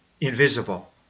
invisible